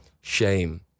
shame